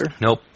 Nope